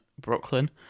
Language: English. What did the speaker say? Brooklyn